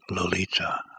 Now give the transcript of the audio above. Lolita